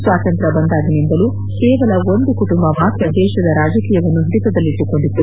ಸ್ವಾತಂತ್ರ್ಯ ಬಂದಾಗಿನಿಂದಲೂ ಕೇವಲ ಒಂದು ಕುಟುಂಬ ಮಾತ್ರ ದೇಶದ ರಾಜಕೀಯವನ್ನು ಹಿಡಿತದಲ್ಲಿಟ್ಟುಕೊಂಡಿತ್ತು